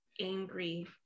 angry